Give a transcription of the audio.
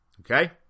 Okay